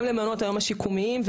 גם למעונות היום השיקומיים,